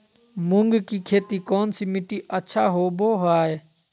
मूंग की खेती कौन सी मिट्टी अच्छा होबो हाय?